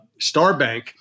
StarBank